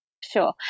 Sure